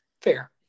fair